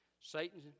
Satan